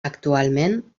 actualment